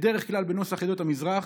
בדרך כלל בנוסח עדות המזרח,